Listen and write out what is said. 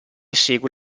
segue